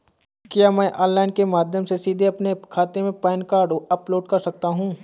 क्या मैं ऑनलाइन के माध्यम से सीधे अपने खाते में पैन कार्ड अपलोड कर सकता हूँ?